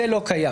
זה לא קיים.